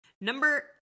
Number